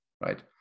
Right